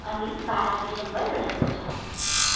अनि बाह्र डिसेम्बर रहेको छ